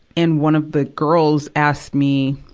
and one of the girls asked me,